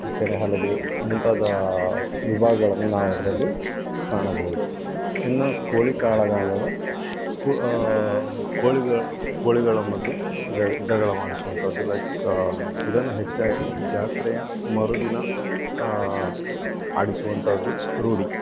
ತೆನೆ ಹಲಗೆ ಮುಂತಾದ ವಿಭಾಗಗಳನ್ನು ನಾವು ಅದರಲ್ಲಿ ಕಾಣಬಹುದು ಇನ್ನು ಕೋಳಿ ಕಾಳಗ ಅಂದರೆ ಕು ಕೋಳಿ ಕೋಳಿಗಳ ಮದ್ಯೆ ಜಗಳ ಮಾಡಿಸುವಂಥದ್ದು ಲೈಕ್ ಇದನ್ನು ಹೆಚ್ಚಾಗಿ ಜಾತ್ರೆಯ ಮರುದಿನ ಆಡಿಸುಂವಂಥದ್ದು ರೂಢಿ